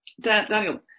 Daniel